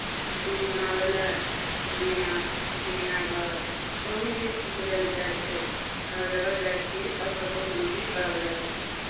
picnic मनाबय लए पूर्णियाँ चिड़ियाँ घर कहीँ भी चलल जाइ छै हर जगह जाइ छियै तब कतहु कोनो चीज करल जाइ छै